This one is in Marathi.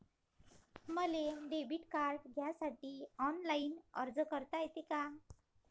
मले डेबिट कार्ड घ्यासाठी ऑनलाईन अर्ज करता येते का?